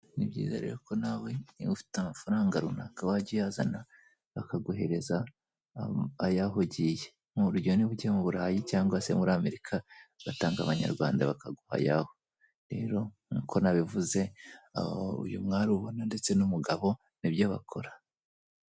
Ni byiza rero ko nawe niba ufite amafaranga runaka wajya uyazana bakaguhereza ayaho ugiye, ni urugero niba ugiye mu burayi cyangwa se muri Amerika ugatanga amanyarwanda bakaguha ayaho, rero nk'uko nabivuze uyu mwari ubona ndetse n'umugabo nibyo bakora.